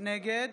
נגד